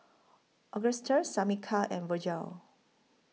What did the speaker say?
Agustus Shamika and Virgle